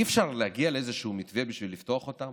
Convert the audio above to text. אי-אפשר להגיע לאיזשהו מתווה בשביל לפתוח אותם